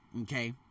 Okay